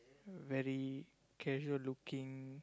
very casual looking